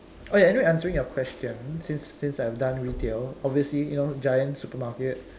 oh ya anyway answering your question since since I've done retail obviously you know giant supermarket